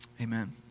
Amen